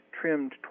trimmed